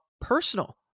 personal